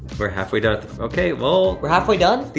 we're halfway done. okay, well we're halfway done?